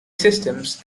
systems